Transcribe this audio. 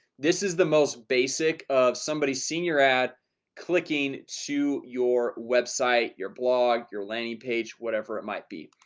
this is the most basic of somebody's senior ad clicking to your website your blog your landing page, whatever it might be.